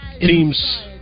teams